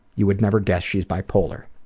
you would never guess she's bi-polar.